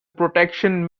protection